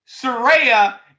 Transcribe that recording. Soraya